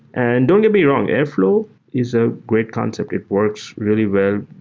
and don't get me wrong. airflow is a great concept. it works really well.